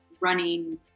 running